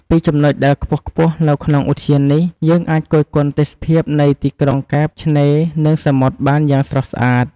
ពីចំណុចដែលខ្ពស់ៗនៅក្នុងឧទ្យាននេះ យើងអាចគយគន់ទេសភាពនៃទីក្រុងកែប ឆ្នេរ និងសមុទ្របានយ៉ាងស្រស់ស្អាត។